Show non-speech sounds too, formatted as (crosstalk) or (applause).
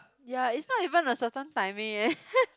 ya it's not even a certain timing eh (laughs)